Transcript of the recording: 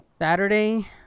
Saturday